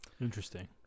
interesting